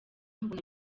mbona